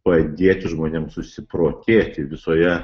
padėti žmonėms susiprotėti visoje